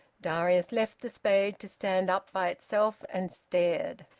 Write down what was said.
darius left the spade to stand up by itself, and stared.